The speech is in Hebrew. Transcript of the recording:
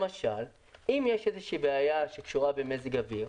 למשל אם יש איזו בעיה שקשורה במזג אוויר,